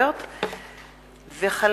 אני מתכבד לפתוח את ישיבת הכנסת.